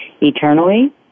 eternally